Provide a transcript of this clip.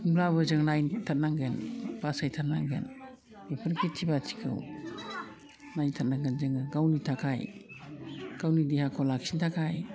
होनब्लाबो जों नायथारनांगोन बासायथारनांगोन बेफोर खेथि बाथिखौ नायथारनांगोन जोङो गावनि थाखाय गावनि देहाखौ लाखिनो थाखाय